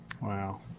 wow